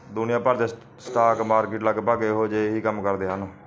ਦੁਨੀਆ ਭਰ ਦੇ ਸਟਾਕ ਮਾਰਕੀਟ ਲਗਭਗ ਇਹੋ ਜਿਹੇ ਹੀ ਕੰਮ ਕਰਦੇ ਹਨ